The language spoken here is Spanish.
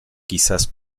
quizás